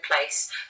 place